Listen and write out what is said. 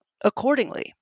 accordingly